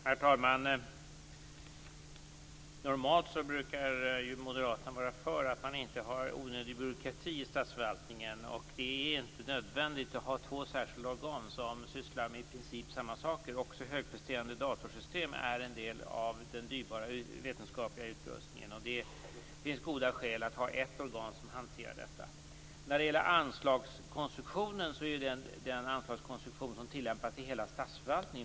Herr talman! Normalt brukar Moderaterna vara för att man inte har onödig byråkrati i statsförvaltningen. Det är inte nödvändigt att ha två särskilda organ som sysslar med i princip samma saker. Också högpresterande datorsystem är en del av den dyrbara vetenskapliga utrustningen, och det finns goda skäl att ha ett organ som hanterar detta. Anslagskonstruktionen i detta fall är densamma som tillämpas i hela statsförvaltningen.